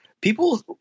people